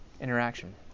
interaction